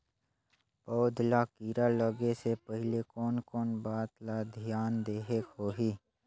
पौध ला कीरा लगे से पहले कोन कोन बात ला धियान देहेक होही?